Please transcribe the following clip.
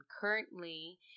currently